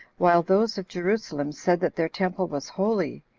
while those of jerusalem said that their temple was holy,